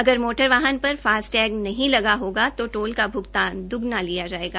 अगर मोटर वाहन पर फास्ट टैग नहीं लगा होगा तो टोल का भुगतान दुगना लिया जाएगा